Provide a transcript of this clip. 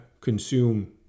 consume